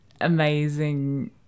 amazing